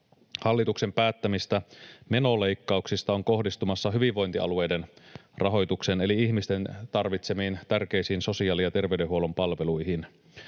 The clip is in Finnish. hallitusohjelmassa päättämistä menoleikkauksista on kohdistumassa hyvinvointialueiden rahoitukseen eli ihmisten tarvitsemiin tärkeisiin sosiaali- ja terveydenhuollon palveluihin.